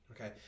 okay